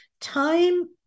time